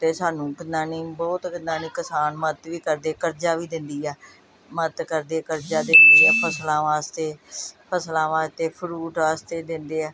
ਅਤੇ ਸਾਨੂੰ ਕਿੰਨਾ ਨਹੀਂ ਬਹੁਤ ਕਿੰਨਾ ਨਹੀਂ ਕਿਸਾਨ ਮਦਦ ਵੀ ਕਰਦੇ ਹੈ ਕਰਜ਼ਾ ਵੀ ਦਿੰਦੀ ਹੈ ਮਦਦ ਕਰਦੇ ਹੈ ਕਰਜ਼ਾ ਦਿੰਦੀ ਹੈ ਫਸਲਾਂ ਵਾਸਤੇ ਫਸਲਾਂ ਵਾਸਤੇ ਫਰੂਟ ਵਾਸਤੇ ਦਿੰਦੇ ਆ